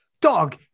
dog